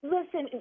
Listen